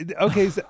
okay